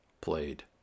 played